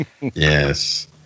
Yes